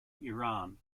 iran